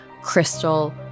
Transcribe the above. Crystal